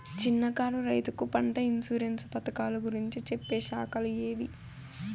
చిన్న కారు రైతుకు పంట ఇన్సూరెన్సు పథకాలు గురించి చెప్పే శాఖలు ఏవి?